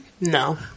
No